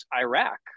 Iraq